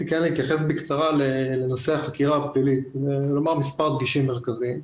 אתייחס בקצרה לנושא החקירה הפלילית ואומר כמה דגשים מרכזיים.